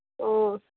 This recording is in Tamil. ஓ